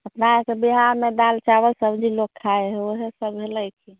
अपना एतऽ बिहारमे दालि चावल सब्जी लोक खाइ हइ वएहसब भेलै कि